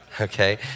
Okay